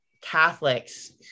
Catholics